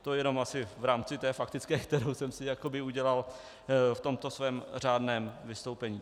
To jenom v rámci té faktické, kterou jsem si jakoby udělal v tomto svém řádném vystoupení.